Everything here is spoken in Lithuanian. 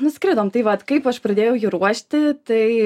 nuskridom tai vat kaip aš pradėjau jį ruošti tai